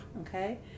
Okay